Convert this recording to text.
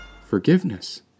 Forgiveness